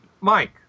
Mike